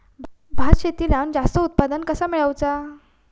भात शेती लावण जास्त उत्पन्न कसा मेळवचा?